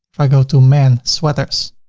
if i go to man sweaters.